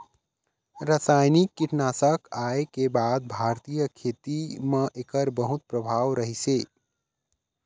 रासायनिक कीटनाशक आए के बाद भारतीय खेती म एकर बहुत प्रभाव रहीसे